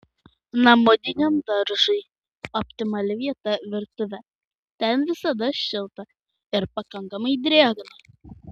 namudiniam daržui optimali vieta virtuvė ten visada šilta ir pakankamai drėgna